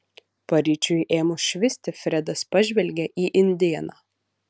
paryčiui ėmus švisti fredas pažvelgė į indėną